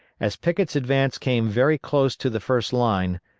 as pickett's advance came very close to the first line,